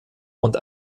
und